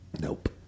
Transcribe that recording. Nope